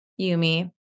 Yumi